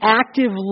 active